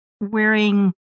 wearing